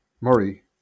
Murray